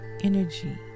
energy